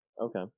okay